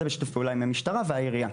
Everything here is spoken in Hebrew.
זה בשיתוף פעולה עם המשטרה והעירייה.